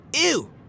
Ew